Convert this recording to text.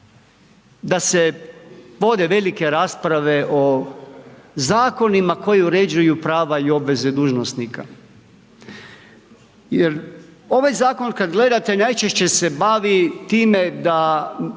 da se vode velike rasprave o zakonima koji uređuju prava i obveze dužnosnika. Jer ovaj zakon kad gledate najčešće se bavi time da